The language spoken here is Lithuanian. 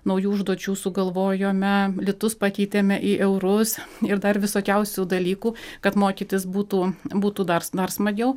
naujų užduočių sugalvojome litus pakeitėme į eurus ir dar visokiausių dalykų kad mokytis būtų būtų dars dar smagiau